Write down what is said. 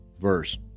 verse